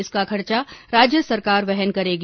इसका खर्चा राज्य सरकार वहन करेगी